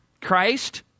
Christ